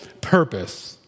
purpose